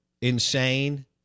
insane